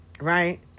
right